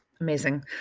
amazing